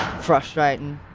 frustrating.